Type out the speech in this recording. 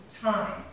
time